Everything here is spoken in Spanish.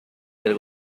del